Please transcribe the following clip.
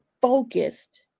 focused